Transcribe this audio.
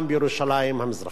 גם בירושלים המזרחית.